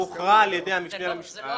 הוכרע על ידי המשנה המשפטי לממשלה.